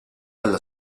alla